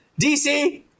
DC